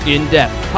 In-depth